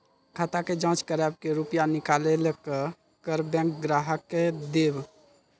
खाता के जाँच करेब के रुपिया निकैलक करऽ बैंक ग्राहक के देब?